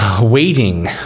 Waiting